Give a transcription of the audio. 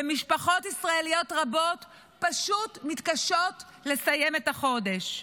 ומשפחות ישראליות רבות פשוט מתקשות לסיים את החודש,